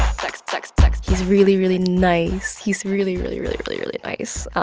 sex, sex, sex. he's really, really nice. he's really, really, really, really, really nice.